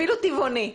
אפילו טבעוני.